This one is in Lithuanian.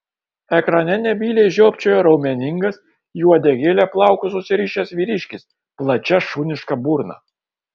ekrane nebyliai žiopčiojo raumeningas į uodegėlę plaukus susirišęs vyriškis plačia šuniška burna